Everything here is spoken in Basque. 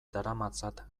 daramatzat